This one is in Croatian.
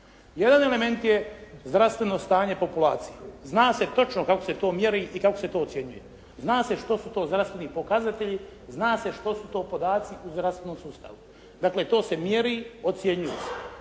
Jedan element je zdravstveno stanje populacije. Zna se točno kako se to mjeri i kako se to ocjenjuje. Zna se što su to zdravstveni pokazatelji, zna se što su to podaci u zdravstvenom sustavu. Dakle to se mjeri, ocjenjuje se.